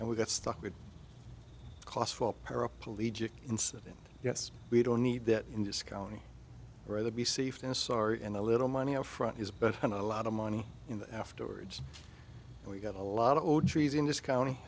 and we got stuck with cos for a paraplegic incident yes we don't need that in this county rather be safe than sorry and a little money upfront is better than a lot of money in the afterwards we got a lot of trees in this county